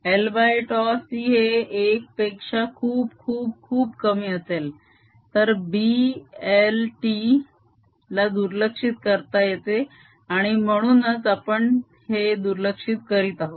lτc हे एक पेक्षा खूप खूप खूप कमी असेल तर B l t ला दुर्लक्षित करता येते आणि म्हणूनच आपण ते दुर्लक्षित करीत आहोत